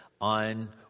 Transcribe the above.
on